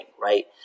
right